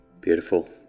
Beautiful